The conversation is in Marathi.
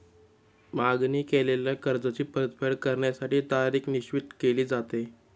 मागणी केलेल्या कर्जाची परतफेड करण्यासाठी तारीख निश्चित केली जाते